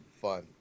fun